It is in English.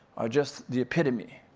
are just the epitome,